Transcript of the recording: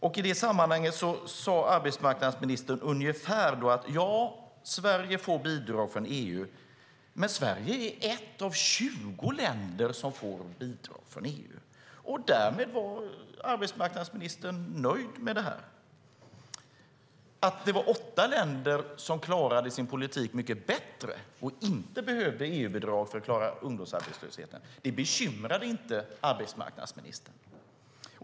I det sammanhanget sade arbetsmarknadsministern ungefär: Ja, Sverige får bidrag från EU, men Sverige är ett av 20 länder som får bidrag från EU. Därmed var arbetsmarknadsministern nöjd. Att det var åtta länder som klarade sin politik mycket bättre och inte behövde EU-bidrag för att klara ungdomsarbetslösheten bekymrade inte arbetsmarknadsministern.